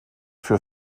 für